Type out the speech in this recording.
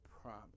promise